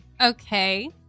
Okay